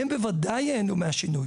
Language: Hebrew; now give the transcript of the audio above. והם בוודאי ייהנו מהשינוי.